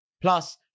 Plus